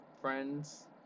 friends